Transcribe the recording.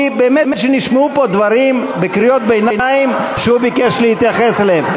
היא באמת שנשמעו פה דברים בקריאות ביניים שהוא ביקש להתייחס אליהם.